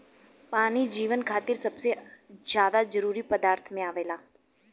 पानी जीवन खातिर सबसे ज्यादा जरूरी पदार्थ में आवेला